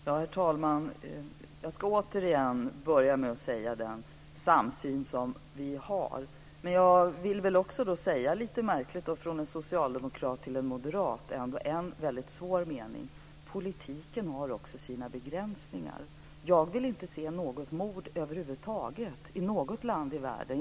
Herr talman! Jag ska återigen börja med att framhålla den samsyn som vi har. Men jag vill också säga - vilket är lite märkligt för att komma från en socialdemokrat till en moderat - att politiken också har sina begränsningar. Jag vill inte se något mord över huvud taget i något land i världen.